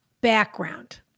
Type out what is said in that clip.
Background